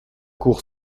cour